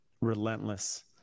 relentless